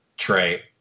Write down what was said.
Trey